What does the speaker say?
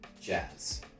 Jazz